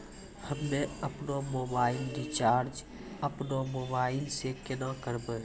हम्मे आपनौ mobile recharge आपनौ मोबाइल से केना करवै?